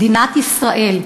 מדינת ישראל,